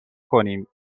کنیم